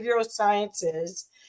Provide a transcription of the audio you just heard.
Sciences